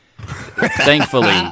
Thankfully